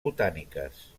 botàniques